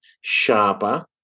sharper